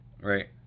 Right